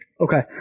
Okay